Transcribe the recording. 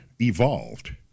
evolved